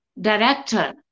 director